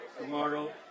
tomorrow